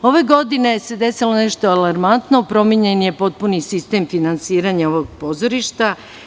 Ove godine se desilo nešto alarmantno, promenjen je potpuni sistem finansiranja ovog pozorišta.